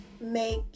make